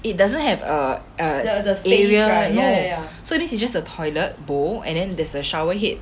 it doesn't have a a the area right no so this is just a toilet bowl and then there's a shower head